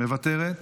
מוותרת,